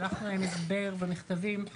שלחנו להם הסבר ומכתבים,